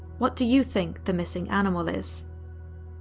what do you think the missing animal is?